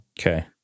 Okay